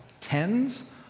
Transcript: tens